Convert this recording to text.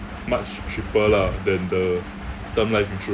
much cheaper lah than the term life insurance